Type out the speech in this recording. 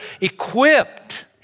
equipped